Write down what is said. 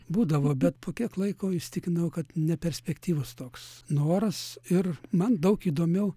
būdavo bet po kiek laiko įsitikinau kad ne perspektyvus toks noras ir man daug įdomiau